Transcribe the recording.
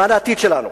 למען העתיד שלנו,